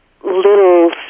little